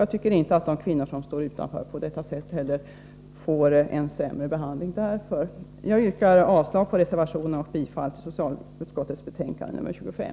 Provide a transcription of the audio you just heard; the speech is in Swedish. Jag tycker inte heller att de kvinnor som står utanför för den skull får en sämre behandling. Jag yrkar avslag på reservationen och bifall till socialutskottets hemställan i betänkande 25.